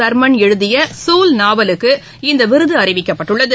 தர்மன் எழுதியசூல் நாவலுக்கு இந்தவிருதுஅறிவிக்கப்பட்டுள்ளது